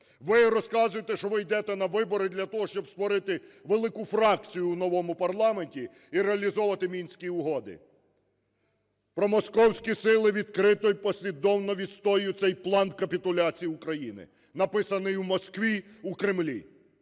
Ви розказуєте, що ви ідете на вибори для того, щоб створити велику фракцію в новому парламенті і реалізовувати Мінські угоди. Промосковські сили відкрито, послідовно відстоюють цей план капітуляції України, написаний в Москві, у Кремлі.